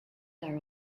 are